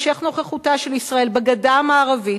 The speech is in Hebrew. המשך נוכחותה של ישראל בגדה המערבית